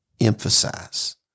emphasize